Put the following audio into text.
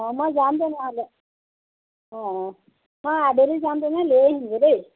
অ মই যাম তেনেহ'লে অ অ মই আবেলি যাম তেনে লৈ আহিমগৈ দেই